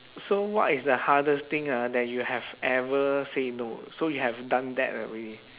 so what is the hardest thing ah that you have ever say no so you have done that already